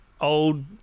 old